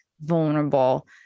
vulnerable